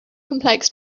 complex